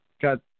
Got